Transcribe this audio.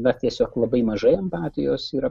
na tiesiog labai mažai empatijos yra